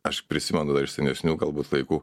aš prisimenu dar iš senesnių galbūt laikų